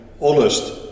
honest